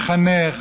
מחנך,